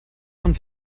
von